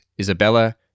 Isabella